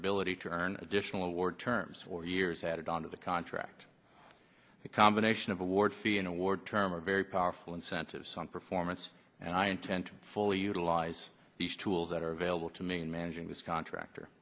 ability to earn additional award terms for years added on to the contract the combination of award fee an award term are very powerful incentive some performance and i intend to fully utilize these tools that are available to me in managing this contractor